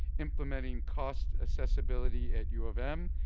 implementing cost accessibility at u of m,